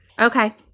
Okay